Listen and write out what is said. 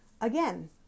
again